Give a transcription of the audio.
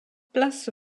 place